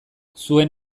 zuen